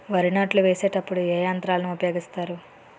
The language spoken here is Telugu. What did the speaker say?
వరి నాట్లు వేసేటప్పుడు ఏ యంత్రాలను ఉపయోగిస్తారు?